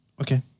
Okay